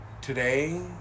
today